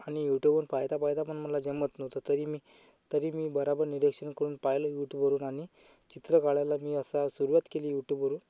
आणि यूटूबवरून पाहता पाहता पण मला जमत नव्हतं तरी मी तरी मी बरोबर निरीक्षण करून पाहिलं यूटूबवरून आणि चित्र काढायला मी अशी सुरुवात केली यूटूबवरून